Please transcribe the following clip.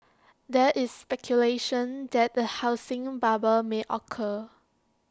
there is speculation that A housing bubble may occur